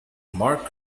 mark